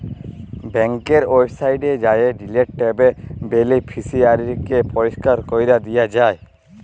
ব্যাংকের ওয়েবসাইটে যাঁয়ে ডিলিট ট্যাবে বেলিফিসিয়ারিকে পরিষ্কার ক্যরে দিয়া যায়